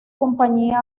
compañía